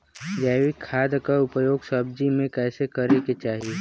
जैविक खाद क उपयोग सब्जी में कैसे करे के चाही?